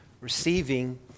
receiving